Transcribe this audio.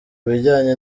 bijyanye